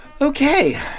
Okay